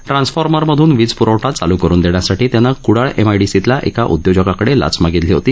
transformer मधून वीज प्रवठा चालू करून देण्यासाठी त्याने कुडाळ एमआयडीसीतल्या एक उदयोजकाकडे लाच मागितली होती